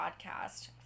podcast